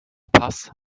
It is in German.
paz